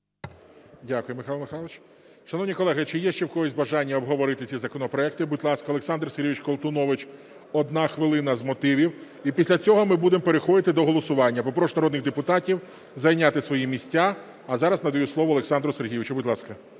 Дякую, Михайло Михайлович. Шановні колеги, чи є ще в когось бажання обговорити ці законопроекти? Будь ласка, Олександр Сергійович Колтунович, 1 хвилина з мотивів. І після цього ми будемо переходити до голосування. Попрошу народних депутатів зайняти свої місця. А зараз надаю слово Олександру Сергійовичу, будь ласка.